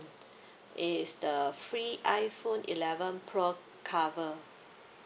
is the free iPhone eleven pro cover